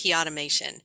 automation